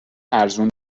ارزون